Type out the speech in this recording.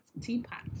Teapot